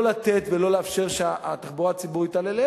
לא לתת ולא לאפשר שהתחבורה הציבורית תעלה יותר.